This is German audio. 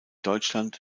deutschland